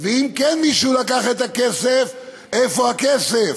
ואם מישהו כן לקח את הכסף, איפה הכסף?